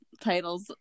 titles